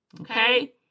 Okay